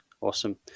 awesome